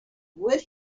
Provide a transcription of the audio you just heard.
would